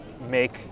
make